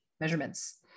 Measurements